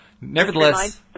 Nevertheless